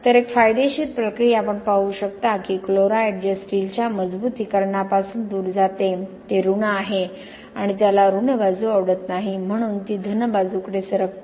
तर एक फायदेशीर प्रक्रिया आपण पाहू शकता की क्लोराईड जे स्टीलच्या मजबुतीकरणापासून दूर जाते ते ऋणआहे आणि त्याला ऋण बाजू आवडत नाही म्हणून ती धन बाजूकडे सरकते